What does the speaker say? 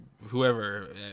whoever